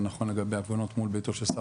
זה נכון לגבי ההפגנות מול ביתו של שר